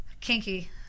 Kinky